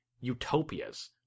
utopias